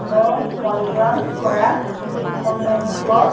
মোৰ পঞ্জীয়ন কৰা ফোন নম্বৰ